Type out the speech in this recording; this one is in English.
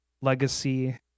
legacy